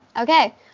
Okay